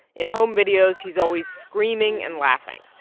in home videos, he's always screaming and laughing